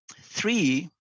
Three